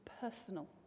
personal